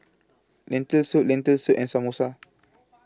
Lentil Soup Lentil Soup and Samosa